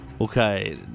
Okay